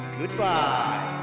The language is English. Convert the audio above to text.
goodbye